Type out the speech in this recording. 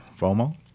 FOMO